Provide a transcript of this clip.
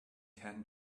ten